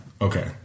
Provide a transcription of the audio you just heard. Okay